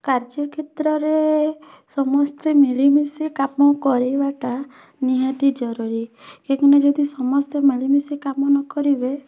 କାର୍ଯ୍ୟକ୍ଷେତ୍ରରେ ସମସ୍ତେ ମିଳିମିଶି କାମ କରିବାଟା ନିହାତି ଜରୁରୀ କାହିଁକିନା ଯଦି ସମସ୍ତେ ମିଳିମିଶି କାମ ନ କରିବେ